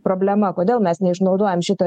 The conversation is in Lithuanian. problema kodėl mes neišnaudojam šito